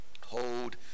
Hold